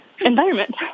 environment